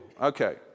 okay